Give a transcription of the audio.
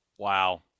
Wow